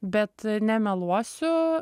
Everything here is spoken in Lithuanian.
bet nemeluosiu